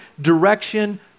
direction